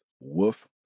Woof